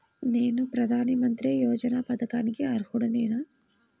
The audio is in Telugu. నేను ప్రధాని మంత్రి యోజన పథకానికి అర్హుడ నేన?